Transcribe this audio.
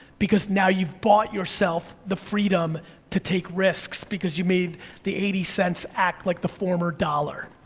because now you've bought yourself the freedom to take risks, because you made the eighty cents act like the former dollar.